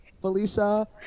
Felicia